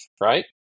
right